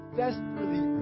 desperately